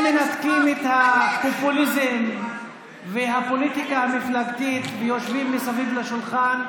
אם מנתקים את הפופוליזם והפוליטיקה המפלגתית ויושבים מסביב לשולחן,